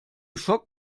schock